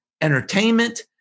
entertainment